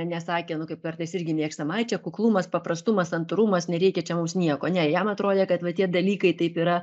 nesakė nu kaip kartais irgi mėgstam ai čia kuklumas paprastumas santūrumas nereikia čia mums nieko ne jam atrodė kad va tie dalykai taip yra